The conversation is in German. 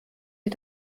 ihr